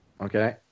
Okay